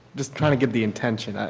just trying to get the intention.